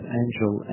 angel